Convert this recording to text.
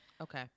Okay